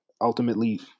ultimately